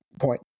point